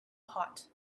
hot